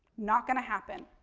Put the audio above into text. not going to happen.